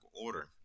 order